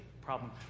problem